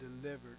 delivered